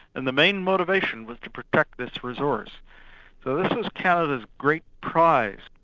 and the main motivation was to protect this resource. so this was canada's great prize,